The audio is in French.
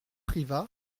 privas